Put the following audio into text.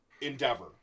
endeavor